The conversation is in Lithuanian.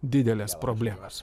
didelės problemos